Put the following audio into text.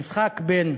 במשחק בין